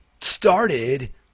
started